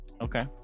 Okay